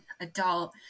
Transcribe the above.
adult